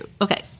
Okay